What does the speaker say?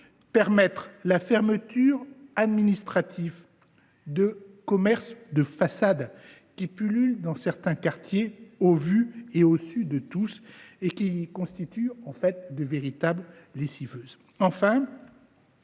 permettre la fermeture administrative des commerces de façade qui pullulent dans certains quartiers, au vu et au su de tous, et qui constituent de véritables lessiveuses.